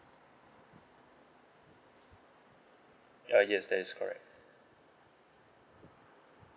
uh yes that is correct